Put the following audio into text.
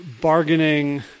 bargaining